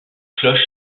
cloche